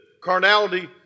Carnality